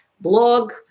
blog